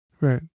Right